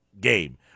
game